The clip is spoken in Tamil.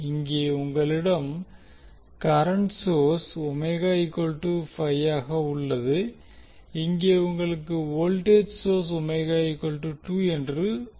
இங்கே உங்களிடம் கரண்ட் சோர்ஸ் ω 5 ஆக உள்ளது இங்கே உங்களுக்கு வோல்டேஜ் சோர்ஸ் ω 2 என்று உள்ளது